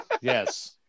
yes